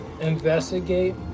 investigate